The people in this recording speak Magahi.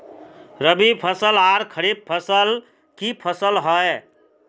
रवि फसल आर खरीफ फसल की फसल होय?